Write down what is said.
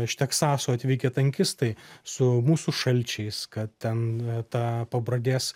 iš teksaso atvykę tankistai su mūsų šalčiais kad ten ta pabradės